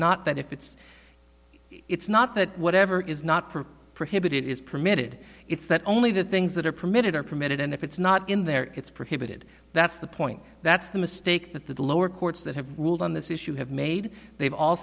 not that if it's it's not that whatever is not for prohibited is permitted it's that only the things that are permitted are permitted and if it's not in there it's prohibited that's the point that's the mistake that the lower courts that have ruled on this issue have made they've all